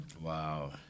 Wow